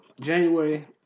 January